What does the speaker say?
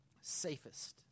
safest